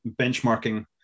benchmarking